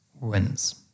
wins